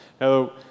Now